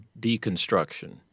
deconstruction